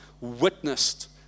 witnessed